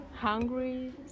Hungry